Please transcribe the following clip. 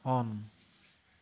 on